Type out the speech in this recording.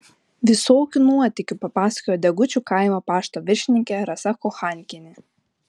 visokių nuotykių papasakojo degučių kaimo pašto viršininkė rasa kochankienė